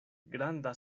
granda